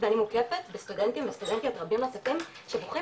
ואני מוקפת בסטודנטים וסטודנטיות רבים נוספים שדוחים